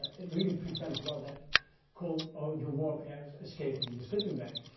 it really prevents well that cold, or your warm air escaping the sleeping bag.